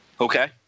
Okay